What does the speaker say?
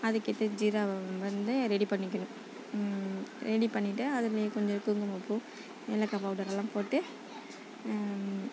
அதுக்கு ஏற்ற ஜீராவை வந்து ரெடி பண்ணிக்கணும் ரெடி பண்ணிட்டு அதில் கொஞ்சம் குங்குமப்பூ ஏலக்காய் பவுடர் எல்லாம் போட்டு